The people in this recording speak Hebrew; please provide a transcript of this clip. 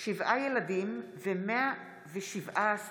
משה יעלון, יאיר גולן, מיקי לוי, אלעזר שטרן,